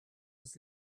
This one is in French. aux